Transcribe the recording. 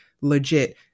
legit